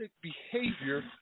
behavior